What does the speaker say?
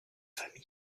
famille